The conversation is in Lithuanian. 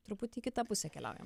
truputį į kitą pusę keliaujam